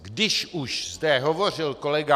Když už zde hovořil kolega